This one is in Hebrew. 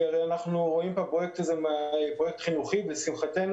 אנחנו רואים בפרויקט הזה פרויקט חינוכי ולשמחתנו